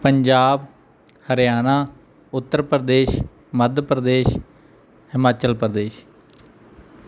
Punjab Haryana Uttar Pradesh Madhya Pradesh Himachal Pradesh